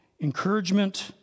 encouragement